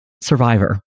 Survivor